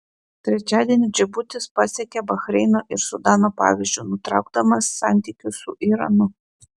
trečiadienį džibutis pasekė bahreino ir sudano pavyzdžiu nutraukdamas santykius su iranu